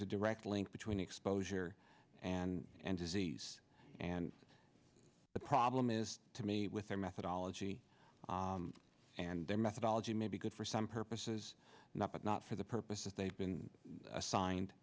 's a direct link between exposure and and disease and the problem is to me with their methodology and their methodology may be good for some purposes not but not for the purposes they've been assigned